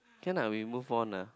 can lah we move on ah